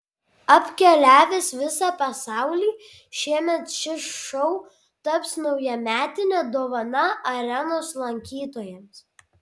apkeliavęs visą pasaulį šiemet šis šou taps naujametine dovana arenos lankytojams